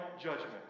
judgment